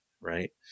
right